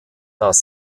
das